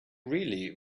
really